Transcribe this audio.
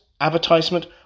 advertisement